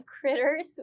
critters